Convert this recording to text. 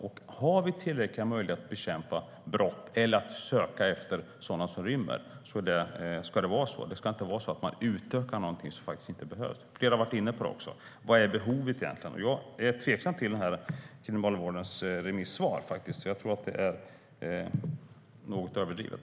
Om vi har tillräckliga möjligheter att bekämpa brott eller att söka efter sådana som rymmer ska det vara på det sättet. Man ska inte utöka något som inte behöver utökas. Det har flera varit inne på här också. Vad är behovet egentligen? Jag är tveksam till Kriminalvårdens remissvar. Jag tror att det är något överdrivet.